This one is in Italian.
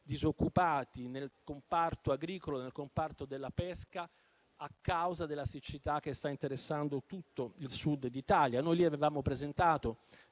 disoccupati nel comparto agricolo e nel comparto della pesca, a causa della siccità che sta interessando tutto il Sud d'Italia. Avevamo presentato